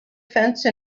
fence